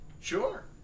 Sure